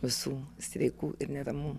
visų streikų ir neramumų